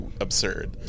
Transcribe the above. absurd